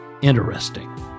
Interesting